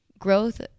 growth